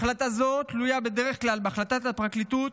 החלטה זו תלויה בדרך כלל בהחלטת הפרקליטות